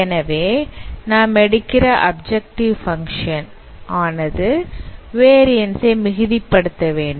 எனவே நாம் எடுக்கிற அப்ஜெக்ட்வ் பங்க்ஷன் ஆனது வேரியன்ஸ் ஐ மிகுதி படுத்தவேண்டும்